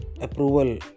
approval